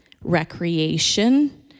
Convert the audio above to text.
recreation